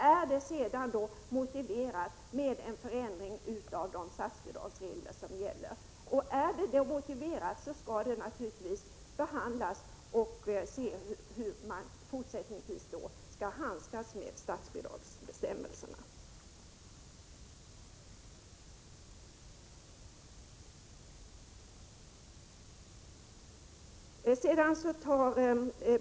Om det sedan är motiverat med en förändring av statsbidragsreglerna, skall vi naturligtvis behandla frågan och se hur vi fortsättningsvis skall handskas med statsbidragsbestämmelserna.